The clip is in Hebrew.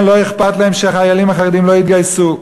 לכן לא אכפת להם שהחיילים החרדים לא יתגייסו.